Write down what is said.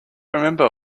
remember